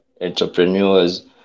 entrepreneurs